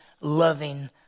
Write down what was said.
loving